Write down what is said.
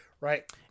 right